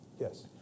Yes